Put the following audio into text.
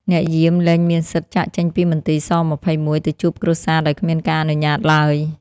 អ្នកយាមលែងមានសិទ្ធិចាកចេញពីមន្ទីរស-២១ ទៅជួបគ្រួសារដោយគ្មានការអនុញ្ញាតឡើយ។